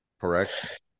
correct